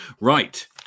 Right